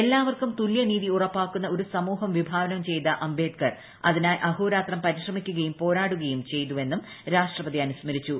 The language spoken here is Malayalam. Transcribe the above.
എല്ലാവർക്കും തുല്യ നീതി ഉറപ്പാക്കുന്ന ഒരു സമൂഹം വിഭാവനം ചെയ്ത അംബേദ്കർ അതിനായി അഹോരാത്രം പരിശ്രമിക്കുകയും പോരാടുകയും ചെയ്തു എന്നും ര്യൂഷ്ട്രപതി അനുസ്മരിച്ചു